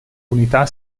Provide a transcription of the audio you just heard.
unità